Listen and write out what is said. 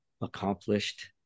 accomplished